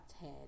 head